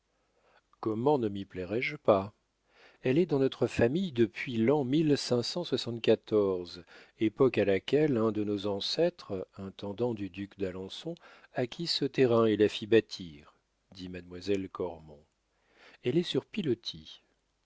comment ne m'y plairais je pas elle est dans notre famille depuis le époque à laquelle un de nos ancêtres intendant du duc d'alençon acquit ce terrain et la fit bâtir dit mademoiselle cormon elle est sur pilotis